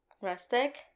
Rustic